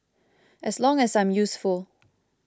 as long as I'm useful